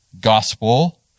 gospel